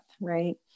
right